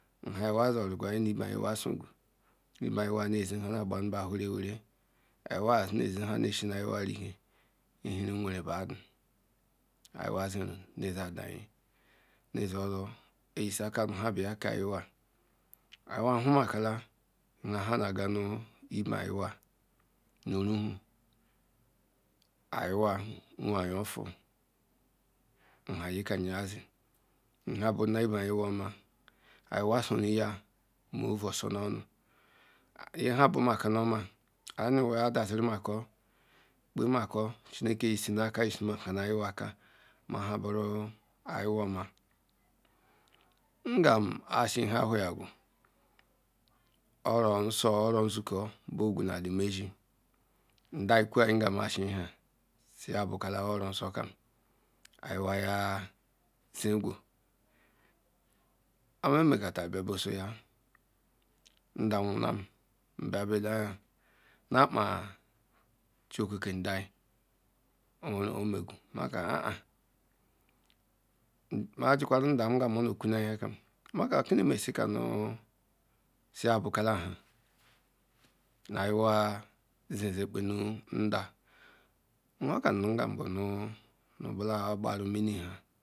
nha ayi nu nmu ibza zogu ibeayihea nu zo nha nha na gbanu gba were were ayi bezie nha be shieiwa rile ihre nu nwere badu iwaziru ne zie adayi mee oluru yishi aba nuha bala kaihea iwiwa huma kela ah nha jiha gemi ibe iyiwa nu rahu iyiwa wey ayan fu nha nyikem ya zie nha buna ebeoma ayiha soruya meea ouu osornonu nha bumakela oma ayi buba dazim makor kpe mebo chneke yishua ya ka yi shimeko ayiwa aka rra nha ouru ayiwa oma ngerm shi ham wihergu oro nse oro inju ko borkuch nmezie ndu ukwa azihom sobukola oronjo ayihesi jegu mmka tarum bia bo zoya ndam Nwunam nbia bea leayi apa chiekeke ndai oweru o megu (unintelgileble) measikwaru ndam oja o nu kwanai Hakem okoni meru ekanu sopulokea ha ajuha ze kpenun da Nha okomnem ngam batia na bala Gbera mmi ham